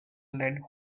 led